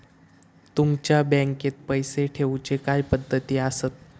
तुमच्या बँकेत पैसे ठेऊचे काय पद्धती आसत?